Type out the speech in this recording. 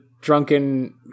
Drunken